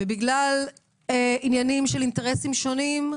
ובגלל עניינים של אינטרסים שונים,